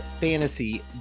fantasy